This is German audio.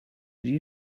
die